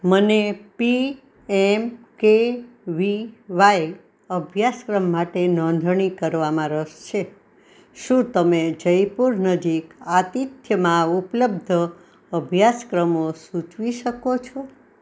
મને P M K V Y અભ્યાસક્રમ માટે નોંધણી કરવામાં રસ છે શું તમે જયપુર નજીક આતિથ્યમાં ઉપલબ્ધ અભ્યાસક્રમો સૂચવી શકો છો